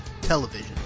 television